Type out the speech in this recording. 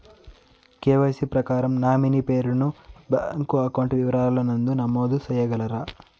KYC ప్రకారం nominee పేరు ను బ్యాంకు అకౌంట్ వివరాల నందు నమోదు సేయగలరా?